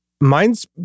Mine's